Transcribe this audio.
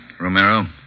Romero